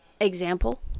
example